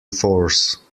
force